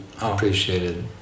appreciated